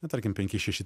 na tarkim penki šeši